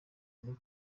muri